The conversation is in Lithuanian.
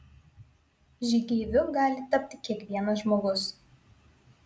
žygeiviu gali tapti kiekvienas žmogus